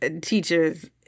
teachers